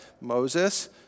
Moses